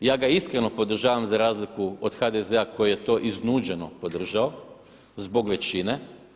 Ja ga iskreno podržavam za razliku od HDZ-a koji je to iznuđeno podržao zbog većine.